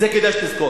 את זה כדאי שתזכור.